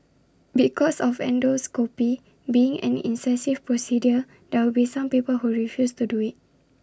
because of endoscopy being an invasive procedure there will be some people who refuse to do IT